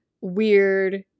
weird